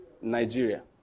Nigeria